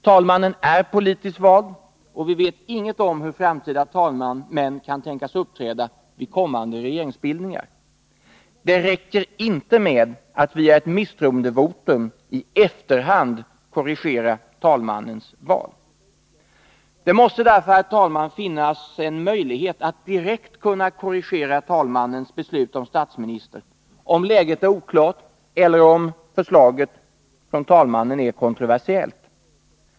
Talmannen är politiskt vald och vi vet inget om hur framtida talmän kan tänkas uppträda vid kommande regeringsbildningar. Det räcker inte med att via ett misstroendevotum i efterhand korrigera talmannens val. Det måste därför, herr talman, finnas möjlighet att direkt korrigera talmannens beslut om statsminister, om läget är oklart eller talmannens förslag kontroversiellt.